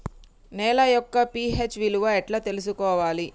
నేల యొక్క పి.హెచ్ విలువ ఎట్లా తెలుసుకోవాలి?